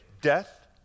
death